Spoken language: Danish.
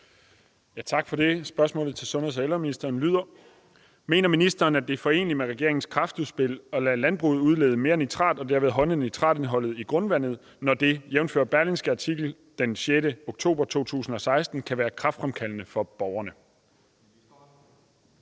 Tak for det. Spørgsmålet til sundheds- og ældreministeren lyder: Mener ministeren, at det er foreneligt med regeringens kræftudspil at lade landbruget udlede mere nitrat og derved højne nitratindholdet i grundvandet, når det, jævnfør Berlingskes artikel den 6. oktober 2016, kan være kræftfremkaldende for borgerne?